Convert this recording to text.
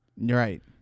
right